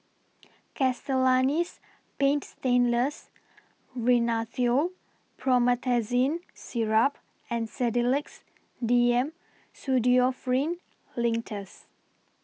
Castellani's Paint Stainless Rhinathiol Promethazine Syrup and Sedilix D M Pseudoephrine Linctus